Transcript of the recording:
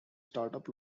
startup